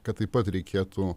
kad taip pat reikėtų